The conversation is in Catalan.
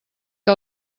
que